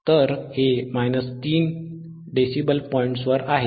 तर हे 3dB पॉइंटवर आहेत